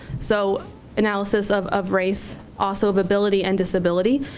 so analysis of of race also of ability and disability,